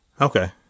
okay